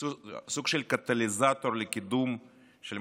סוג של קטליזטור לקידום מה שאתה